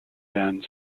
than